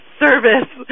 service